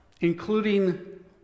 including